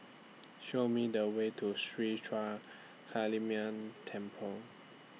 Show Me The Way to Sri Ruthra Kaliamman Temple